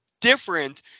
different